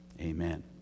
Amen